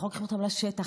אנחנו לוקחים אותם לשטח,